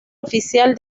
oficial